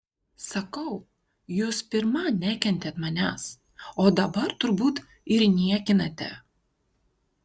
sakau jūs pirma nekentėt manęs o dabar turbūt ir niekinate